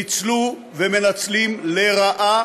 ניצלו ומנצלים לרעה